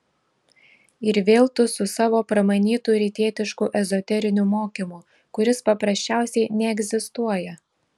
ir vėl tu su savo pramanytu rytietišku ezoteriniu mokymu kuris paprasčiausiai neegzistuoja